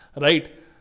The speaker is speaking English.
Right